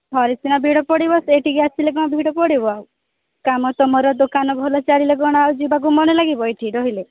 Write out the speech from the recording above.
ଘରେ ସିନା ଭିଡ଼ ପଡ଼ିବ ସେଠିକି ଆସିଲେ କ'ଣ ଭିଡ଼ ପଡ଼ିବ ଆଉ କାମ ତୁମର ଦୋକାନ ଭଲ ଚାଲିଲେ କ'ଣ ଆଉ ଯିବାକୁ ମନ ଲାଗିବ ଏଠି ରହିଲେ